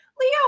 Leo